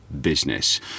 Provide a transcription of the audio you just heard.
business